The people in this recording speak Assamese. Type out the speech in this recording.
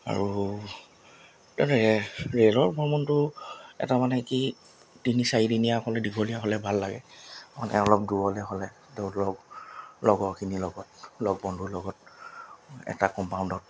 আৰু এনেকৈ ৰেলৰ ভ্ৰমণটো এটা মানে কি তিনি চাৰিদিনীয়া হ'লে দীঘলীয়া হ'লে ভাল লাগে মানে অলপ দূৰলৈ হ'লে তো লগ লগৰখিনিৰ লগত লগ বন্ধুৰ লগত এটা কম্পাউণ্ডত